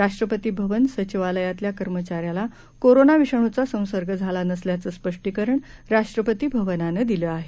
राष्ट्रपती भवन सचिवालयातला कर्मचाऱ्याला कोरोना विषाणूचा संसर्ग झाला नसल्याचं स्पष्टीकरण राष्ट्रपती भवनानं दिलं आहे